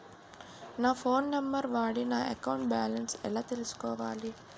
నా phone number వాడి నా అకౌంట్ బాలన్స్ ఎలా తెలుసుకోవాలి?